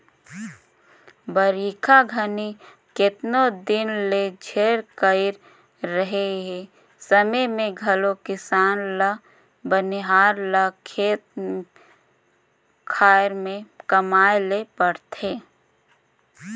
बरिखा घनी केतनो दिन ले झेर कइर रहें ए समे मे घलो किसान ल बनिहार ल खेत खाएर मे कमाए ले परथे